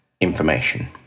information